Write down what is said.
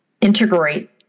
integrate